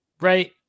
right